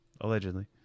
allegedly